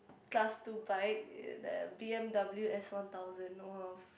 class two bike yeah the B_M_W S one thousand !wah!